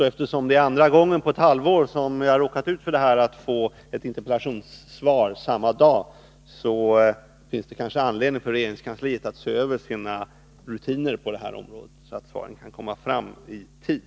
Men eftersom det är andra gången på ett halvår som jag har råkat ut för att få ett interpellationssvar samma dag som debatten äger rum, finns det kanske anledning för regeringskansliet att se över sina rutiner på det här området så att svaren kan komma fram i tid.